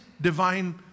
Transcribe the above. divine